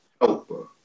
helper